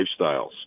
lifestyles